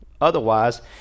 Otherwise